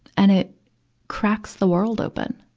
and it cracks the world open.